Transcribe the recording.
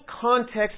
context